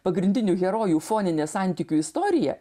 pagrindinių herojų foninė santykių istorija